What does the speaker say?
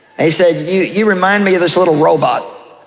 he said, you you remind me of this little robot,